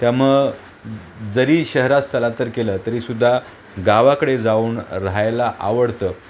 त्यामुळं जरी शहरात स्थलांतर केलं तरीसुद्धा गावाकडे जाऊन राहायला आवडतं